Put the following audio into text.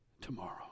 tomorrow